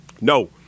No